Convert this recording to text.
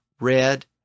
red